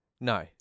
No